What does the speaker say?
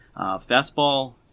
Fastball